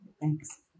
Thanks